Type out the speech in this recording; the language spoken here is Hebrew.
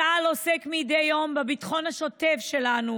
צה"ל עוסק מדי יום בביטחון השוטף שלנו,